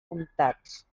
comptats